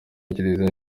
kiliziya